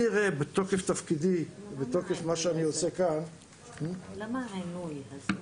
בתוקף תפקידי ובתוקף מה שאני עושה --- למה העינוי הזה?